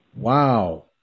Wow